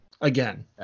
Again